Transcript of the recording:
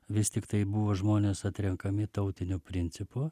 vis tiktai buvo žmonės atrenkami tautiniu principu